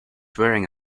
wearing